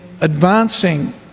advancing